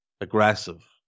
aggressive